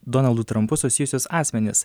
donaldu trampu susijusius asmenis